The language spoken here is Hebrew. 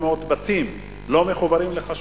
יש קרוב ל-800 בתים שלא מחוברים לחשמל.